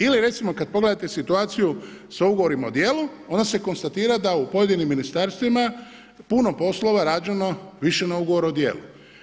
Ili recimo kada pogledate situaciju sa ugovorima o djelu, onda se konstatira da je u pojedinim ministarstvima puno poslova rađeno više na ugovor o djelu.